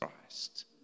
Christ